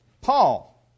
Paul